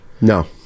No